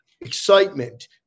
excitement